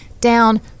down